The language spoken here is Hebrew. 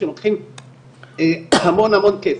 שלוקחים המון המון כסף.